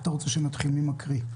אתה רוצה להתחיל בהקראה,